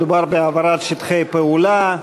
מדובר בהעברת שטחי פעולה.